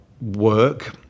work